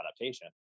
adaptation